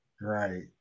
Right